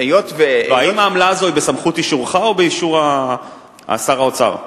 האם העמלה הזו היא בסמכות אישורך או באישור שר האוצר?